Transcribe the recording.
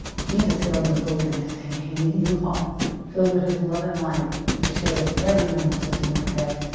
jesus held, my brokenness and gave me a, new heart filled with his love, and light to share with everyone he puts in my path